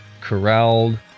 corralled